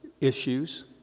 issues